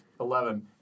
Eleven